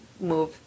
move